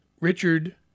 Richard